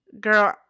Girl